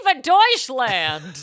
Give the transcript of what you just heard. Deutschland